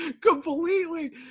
Completely